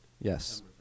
Yes